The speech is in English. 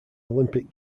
olympic